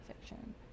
fiction